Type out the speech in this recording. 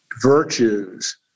virtues